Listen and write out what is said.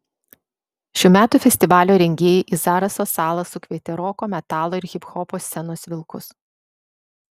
šių metų festivalio rengėjai į zaraso salą sukvietė roko metalo ir hiphopo scenos vilkus